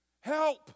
Help